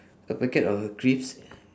a packet of a crisps